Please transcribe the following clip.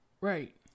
Right